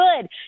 good